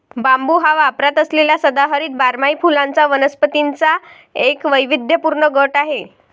बांबू हा वापरात असलेल्या सदाहरित बारमाही फुलांच्या वनस्पतींचा एक वैविध्यपूर्ण गट आहे